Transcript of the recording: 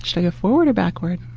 like forward or backward?